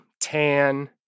tan